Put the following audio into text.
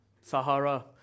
Sahara